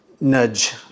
nudge